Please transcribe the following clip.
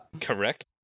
Correct